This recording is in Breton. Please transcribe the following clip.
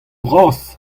bras